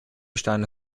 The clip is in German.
steine